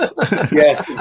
yes